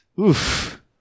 oof